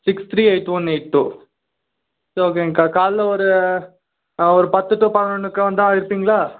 six three eight one eight two சரி ஓகேங்கா காலையில் ஒரு ஒரு பத்து டூ பதினொன்றுக்கு வந்தால் இருப்பீங்களா